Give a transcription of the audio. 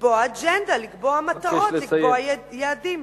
לקבוע אג'נדה, לקבוע מטרות, לקבוע יעדים.